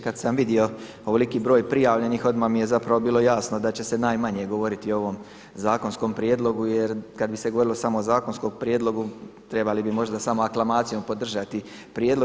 Kada sam vidio ovoliki broj prijavljenih odmah mi je zapravo bilo jasno da će se najmanje govoriti o ovom zakonskom prijedlogu jer kada bi se govorilo samo o zakonskom prijedlogu trebali bi možda samo aklamacijom podržati prijedlog.